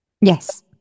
Yes